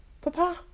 papa